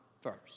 first